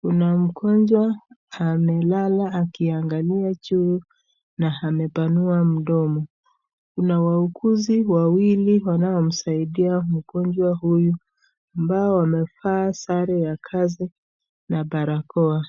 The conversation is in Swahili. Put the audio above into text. Kuna mgonjwa amelala akiangalia juu na amepanua mdomo. Kuna wauguzi wawili wanaomsaidia mgonjwa huyu ambao wamevaa sare ya kazi na barakoa.